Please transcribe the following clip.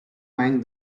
mind